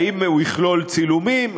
האם הוא יכלול צילומים?